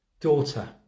Daughter